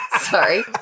Sorry